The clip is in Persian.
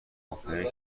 اوپک